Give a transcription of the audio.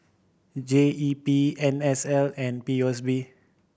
G E P N S L and P O S B